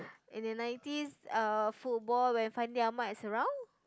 in the nineties football when Fandi-Ahmad is around